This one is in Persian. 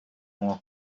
مرغ